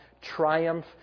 triumph